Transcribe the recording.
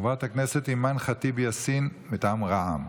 חברת הכנסת אימאן ח'טיב יאסין, מטעם רע"מ.